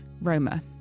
Roma